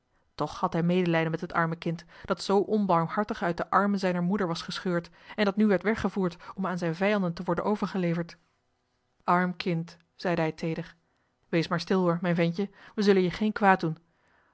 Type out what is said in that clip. toch had hij medelijden met het arme kind dat zoo onbarmhartig uit de armen zijner moeder was gescheurd en dat nu werd weggevoerd om aan zijne vijanden te worden overgeleverd arm kind zeide hij teeder wees maar stil hoor mijn ventje wij zullen je geen kwaad doen